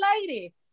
lady